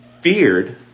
feared